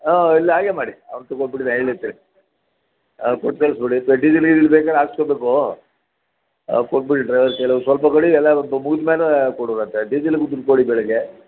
ಆಂ ಇಲ್ಲ ಹಾಗೇ ಮಾಡಿ ಅವ್ನು ಹೇಳಿರ್ತೀನಿ ಕೊಟ್ಟು ಕಳ್ಸಿಬಿಡಿ ಡೀಸೆಲ್ ಗೀಸೆಲ್ ಬೇಕಾರೆ ಹಾಕಿಸ್ಕೋ ಬೇಕು ಕೊಟ್ಟುಬಿಡಿ ಡ್ರೈವರ್ ಕೈಲಿ ಒಂದು ಸ್ವಲ್ಪ ಕೊಡಿ ಎಲ್ಲ ಮುಗ್ದ ಮೇಲೆ ಕೊಡೋರಂತೆ ಡಿಸೀಲಿಗೆ ದುಡ್ಡು ಕೊಡಿ ಬೆಳಿಗ್ಗೆ